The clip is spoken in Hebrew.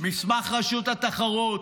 מסמך רשות התחרות,